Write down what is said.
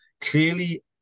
clearly